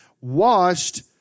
washed